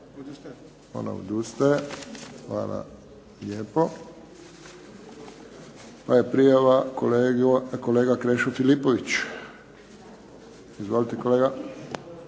Ona odustaje. Hvala lijepo. Pa je prijava kolega Krešo Filipović. Izvolite kolega.